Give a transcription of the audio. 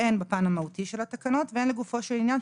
הן בפן המהותי של התקנות והן לגופו של עניין,